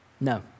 No